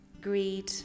greed